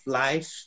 life